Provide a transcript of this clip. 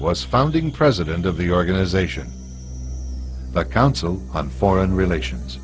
was founding president of the organization the council on foreign relations